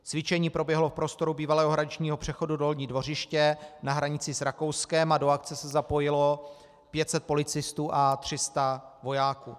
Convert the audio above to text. Cvičení proběhlo v prostoru bývalého hraničního přechodu Dolní Dvořiště na hranici s Rakouskem a do akce se zapojilo 500 policistů a 300 vojáků.